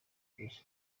byose